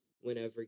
whenever